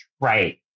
Right